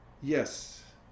Yes